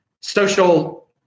social